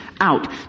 out